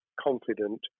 confident